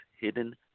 hidden